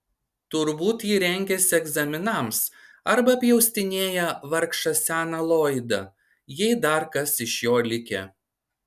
turbūt ji rengiasi egzaminams arba pjaustinėja vargšą seną loydą jei dar kas iš jo likę